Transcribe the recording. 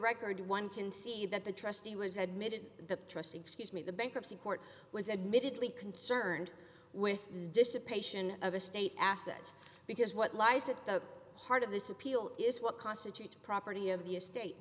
record one can see that the trustee was admitted the trust excuse me the bankruptcy court was admittedly concerned with the dissipation of a state asset because what lies at the heart of this appeal is what constitutes property of the estate